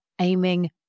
aiming